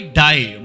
die